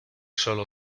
solo